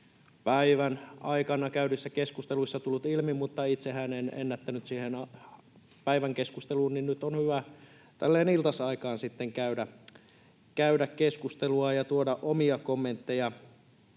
päivän aikana käydyissä keskusteluissa tullut ilmi, mutta itsehän en ennättänyt siihen päivän keskusteluun, niin että nyt on hyvä tällä lailla iltasaikaan käydä keskustelua ja tuoda omia kommentteja